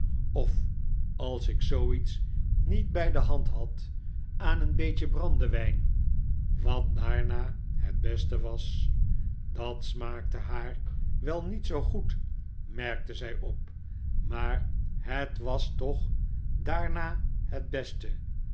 of als ik zooiets niet bij de hand had aan een beetje brandewijn wat daarna het beste was dat smaakte haar wel niet zoo goed merkte zij op maar het was toch daarna het beste